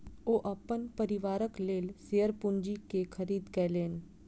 ओ अपन परिवारक लेल शेयर पूंजी के खरीद केलैन